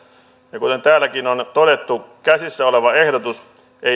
ja kuten täälläkin on todettu käsissä oleva ehdotus ei